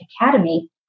Academy